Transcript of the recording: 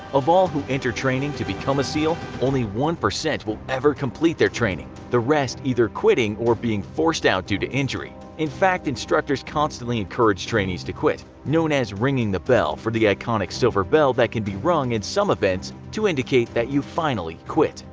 of all who enter training to become a seal, only one percent will ever complete their training the rest either quitting or being forced out due to injury. in fact instructors constantly encourage trainees to quit, known as ringing the bell for the iconic silver bell that can be rung in some events to indicate that you finally quit.